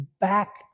back